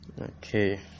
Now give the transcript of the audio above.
Okay